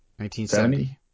1970